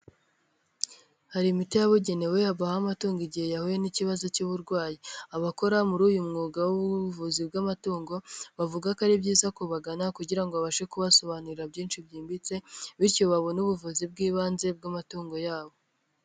Hari imiti yabugenewe, havaho amatungo igihe yahuye n'ikibazo cy'uburwayi, abakora muri uyu mwuga w'ubuvuzi bw'amatungo bavuga ko ari byiza kubagana kugira ngo abashe kubasobanurira byinshi byimbitse bityo babone ubuvuzi bw'ibanze bw'amatungo yabo.